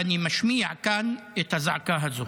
ואני משמיע כאן את הזעקה הזאת.